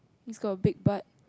it's got a big butt